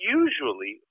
usually